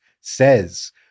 says